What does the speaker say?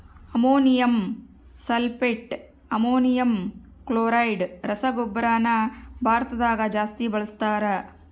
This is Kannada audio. ಅಮೋನಿಯಂ ಸಲ್ಫೆಟ್, ಅಮೋನಿಯಂ ಕ್ಲೋರೈಡ್ ರಸಗೊಬ್ಬರನ ಭಾರತದಗ ಜಾಸ್ತಿ ಬಳಸ್ತಾರ